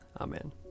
Amen